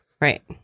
Right